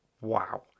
wow